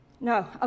No